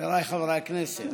חבריי חברי הכנסת,